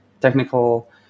technical